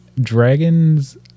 Dragons